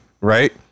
right